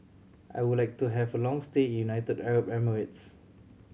I would like to have a long stay in United Arab Emirates